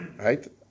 right